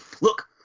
look